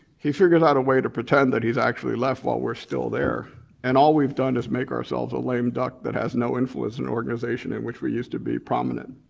he figures out a way to pretend he's actually left while we're still there and all we've done is make ourselves a lame duck that has no influence in organization in which we used to be prominent.